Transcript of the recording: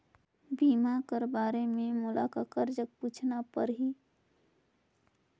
बीमा कर बारे मे मोला ककर जग पूछना परही?